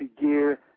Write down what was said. Gear